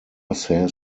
says